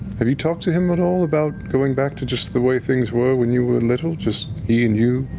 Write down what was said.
have you talked to him at all about going back to just the way things were when you were little, just he and you,